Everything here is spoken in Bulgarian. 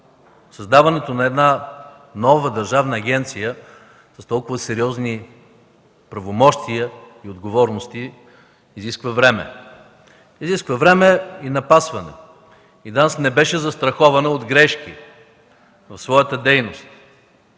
Създаването на една нова държавна агенция с толкова сериозни правомощия и отговорности изисква време. Изисква време и напасване. ДАНС не беше застрахована от грешки в своята дейност,